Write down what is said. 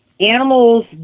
Animals